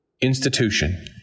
institution